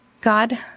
God